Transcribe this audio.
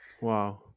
Wow